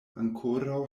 ankoraŭ